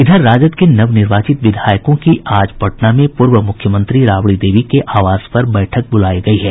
इधर राजद के नवनिर्वाचित विधायकों की आज पटना में पूर्व मुख्यमंत्री राबड़ी देवी के आवास पर बैठक बुलायी गयी है